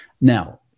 Now